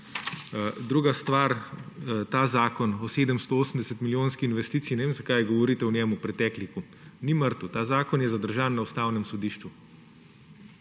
Druga stvar. Ta zakon o 780-milijonski investiciji, ne vem, zakaj govorite o njem v pretekliku, ni mrtev, ta zakon je zadržan na Ustavnem sodišču